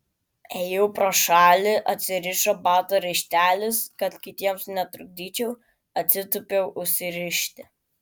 ėjau pro šalį atsirišo bato raištelis kad kitiems netrukdyčiau atsitūpiau užsirišti